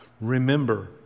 Remember